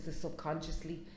subconsciously